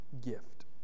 gift